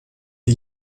die